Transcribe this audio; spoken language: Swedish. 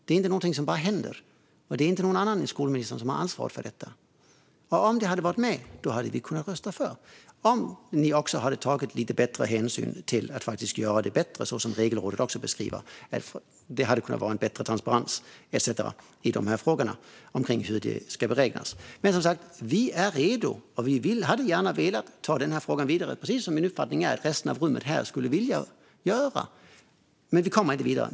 Det är inte någonting som bara händer, och det är inte någon annan än skolministern som har ansvar för detta. Om det hade varit med skulle vi ha kunnat rösta för förslaget. Om ni också hade tagit lite bättre hänsyn till att faktiskt göra det bättre, så som Regelrådet beskriver, hade det kunnat vara en bättre transparens etcetera i de här frågorna om hur det ska beräknas. Som sagt är vi redo. Vi hade gärna velat ta den här frågan vidare, precis som min uppfattning är att resten av dem som är här i rummet också skulle vilja göra. Men vi kommer inte vidare.